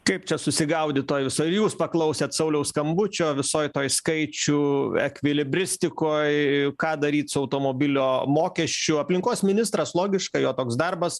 kaip čia susigaudyt toj visoj jūs paklausėt sauliaus skambučio visoj toj skaičių ekvilibristikoj ką daryt su automobilio mokesčiu aplinkos ministras logiška jo toks darbas